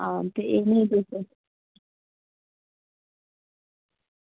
हां